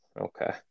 okay